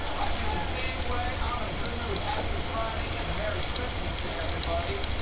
i feel the same way. i'm in a good mood. happy friday and merry christmas to everybody.